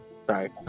Sorry